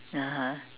(uh huh)